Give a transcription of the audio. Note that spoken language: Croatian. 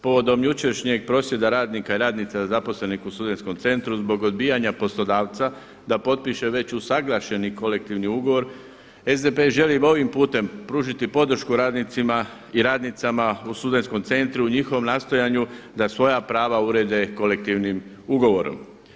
Povodom jučerašnjeg prosvjeda radnika i radnica zaposlenih u Studenskom centru zbog odbijanja poslodavca da potpiše već usuglašeni kolektivni ugovor SDP želi ovim putem pružiti podršku radnicima i radnicama u studenskom centru i njihovom nastojanju da svoja prava urede kolektivnim ugovorom.